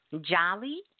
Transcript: Jolly